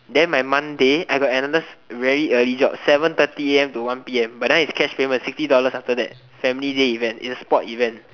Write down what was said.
then my monday I got another very early job seven thirty a_m to one p_m but that one is cash payment sixty dollars after that family day event it's a sport event